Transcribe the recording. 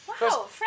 Wow